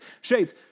Shades